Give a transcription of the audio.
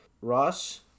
Ross